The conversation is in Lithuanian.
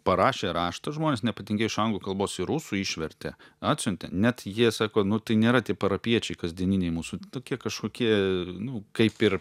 parašė raštą žmonės nepatingėjo iš anglų kalbos į rusų išvertė atsiuntė net jie sako nu tai nėra tie parapijiečiai kasdieniniai mūsų tokie kažkokie nu kaip ir